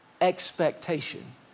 expectation